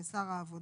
זה שר העבודה.